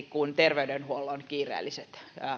kuin terveydenhuollon kiireellisen